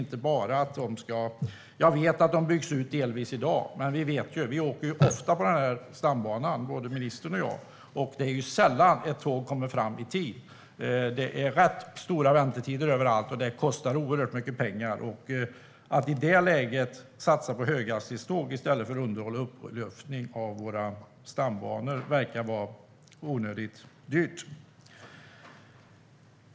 Jag vet att de delvis byggs ut i dag, men både ministern och jag åker ofta på stambanan, och det är sällan ett tåg kommer fram i tid. Det är rätt stora väntetider överallt, och det kostar oerhört mycket pengar. Att i det läget satsa på höghastighetståg i stället för underhåll och upprustning av våra stambanor verkar vara onödigt dyrt.